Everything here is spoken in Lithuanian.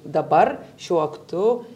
dabar šiuo aktu